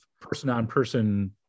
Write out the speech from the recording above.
person-on-person